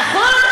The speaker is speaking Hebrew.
נכון.